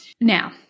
Now